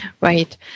Right